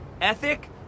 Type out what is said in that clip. ethic